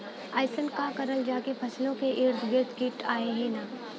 अइसन का करल जाकि फसलों के ईद गिर्द कीट आएं ही न?